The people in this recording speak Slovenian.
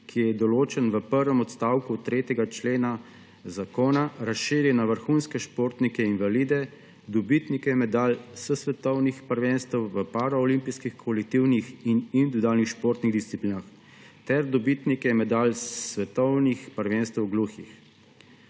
ki je določen v prvem odstavku 3. člena zakona, razširi na vrhunske športnike invalide, dobitnike medalj s svetovnih prvenstev v paraolimpijskih kolektivnih in individualnih športnih disciplinah ter na dobitnike medalj s svetovnih prvenstev gluhih.